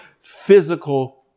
physical